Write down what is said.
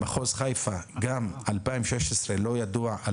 במחוז חיפה ב-2016 לא ידוע,